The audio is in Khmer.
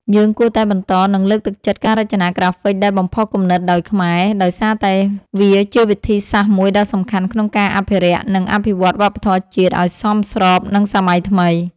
យើងគួរតែបន្ត និងលើកទឹកចិត្តការរចនាក្រាហ្វិកដែលបំផុសគំនិតដោយខ្មែរ ដោយសារតែវាជាវិធីសាស្រ្តមួយដ៏សំខាន់ក្នុងការអភិរក្ស និងអភិវឌ្ឍវប្បធម៌ជាតិឲ្យសមស្របនឹងសម័យថ្មី។